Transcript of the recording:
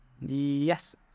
Yes